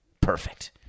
perfect